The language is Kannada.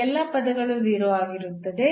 ಈ ಎಲ್ಲಾ ಪದಗಳು 0 ಆಗಿರುತ್ತದೆ